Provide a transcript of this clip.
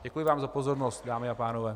Děkuji vám za pozornost, dámy a pánové.